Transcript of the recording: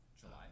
july